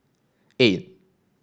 eight